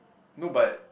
no but